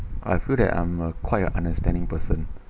I feel that I'm uh quite a understanding person